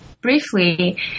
briefly